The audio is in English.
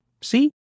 See